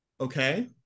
Okay